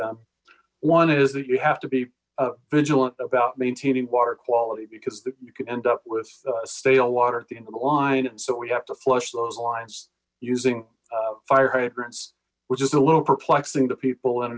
them one is that you have to be vigilant about maintaining water quality because you can end up with stale water at the end of the line and so we have to flush those lines using fire hydrants which is a little perplexing to people in